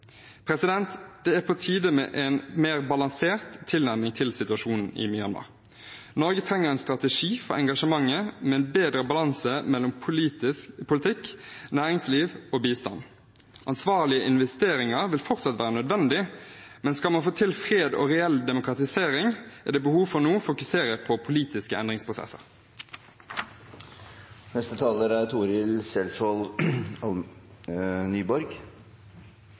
Det er på tide med en mer balansert tilnærming til situasjonen i Myanmar. Norge trenger en strategi for engasjementet med en bedre balanse mellom politikk, næringsliv og bistand. Ansvarlige investeringer vil fortsatt være nødvendig, men skal man få til fred og reell demokratisering, er det behov for nå å fokusere på politiske endringsprosesser.